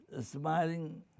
smiling